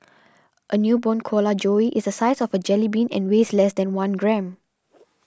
a newborn koala joey is the size of a jellybean and weighs less than one gram